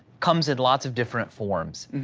comes in lots of different forms.